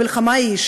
המלחמה ההיא,